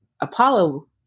Apollo